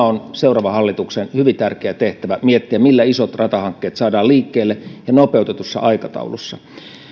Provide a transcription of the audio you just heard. on seuraavan hallituksen hyvin tärkeä tehtävä miettiä millä isot ratahankkeet saadaan liikkeelle ja nopeutetussa aikataulussa